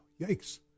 Yikes